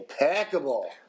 impeccable